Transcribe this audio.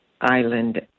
Island